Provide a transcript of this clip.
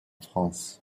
france